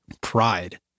pride